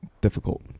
difficult